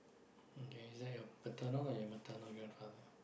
okay is that your paternal or your maternal grandfather